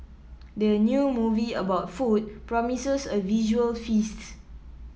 the new movie about food promises a visual feast